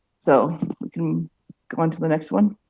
so we can go on to the next one.